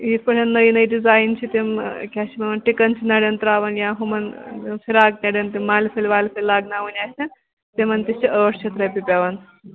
یِتھ پٲٹھۍ نٕے نٕے ڈِزایِن چھِ تِم ٹِکَن چھِ نَرٮ۪ن تراوان یا ہُمَن فِراک نَرٮ۪ن تہِ مالہِ پھٔلۍ والہِ پھٔلۍ لاگناوٕنۍ آسَن تِمن تہِ چھِ ٲٹھ شتھ رۄپیہِ پٮ۪وان